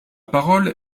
parole